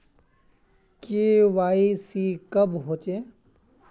KYC कब होचे?